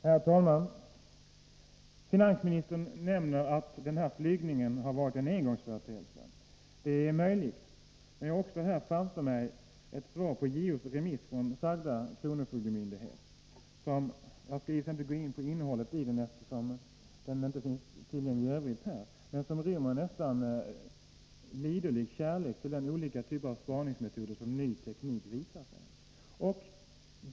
Herr talman! Finansministern nämner att flygningen var en engångsföreteelse. Det är möjligt. Men jag har här framför mig ett svar från sagda kronofogdemyndighet på JO:s remiss — jag skall givetvis inte gå in på innehållet i den, eftersom den inte i övrigt finns tillgänglig — och den inrymmer en närmast lidelsefull kärlek till de olika typer av spaningsmetoder som ny teknik möjliggör.